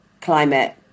climate